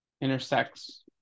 intersects